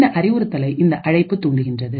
இந்த அறிவுறுத்தலை இந்த அழைப்பு தூண்டுகின்றது